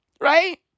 Right